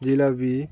jalebi